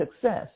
success